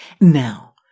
Now